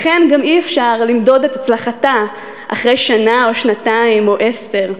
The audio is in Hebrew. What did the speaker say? לכן גם אי-אפשר למדוד את הצלחתה אחרי שנה או שנתיים או עשר.